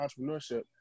entrepreneurship